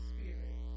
Spirit